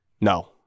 No